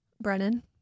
brennan